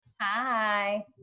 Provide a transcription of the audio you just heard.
Hi